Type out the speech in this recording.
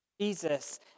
Jesus